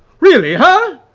really, her!